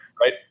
right